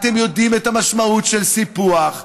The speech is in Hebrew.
אתם יודעים את המשמעות של סיפוח,